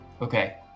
Okay